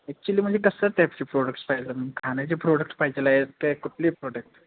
actually म्हणजे कसल्या टायपचे प्रोडक्टस पाहिजे खाण्याचे प्रोडक्टस पाहिजेला आहे का कुठले प्रोडक्ट